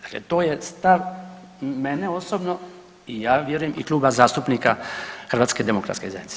Dakle, to je stav i mene osobno i ja vjerujem i Kluba zastupnika HDZ-a.